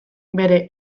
bere